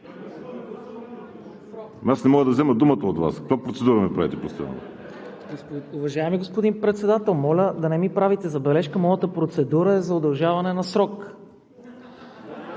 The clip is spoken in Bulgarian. Аз не мога да взема думата от Вас?! Какви процедури ми правите постоянно? АЛЕКСАНДЪР ИВАНОВ: Уважаеми господин Председател, моля да не ми правите забележка! Моята процедура е за съкращаване на срок.